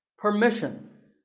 permission.